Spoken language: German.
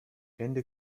ende